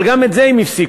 אבל גם את זה הם הפסיקו,